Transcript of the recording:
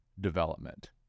development